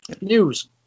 News